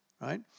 right